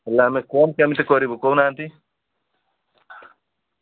ହେଲେ ଆମେ କ'ଣ କେମିତି କରିବୁ କହୁନାହାନ୍ତି